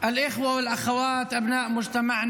אינו נוכח.